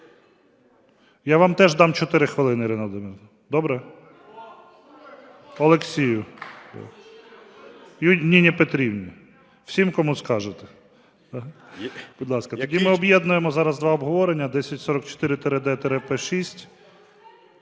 Я вам теж дам 4 хвилини, Ірина Володимирівна. Добре? Олексію. І Ніні Петрівні. Всім, кому скажете. Будь ласка, тоді ми об'єднуємо зараз два обговорення 10044-д-П6...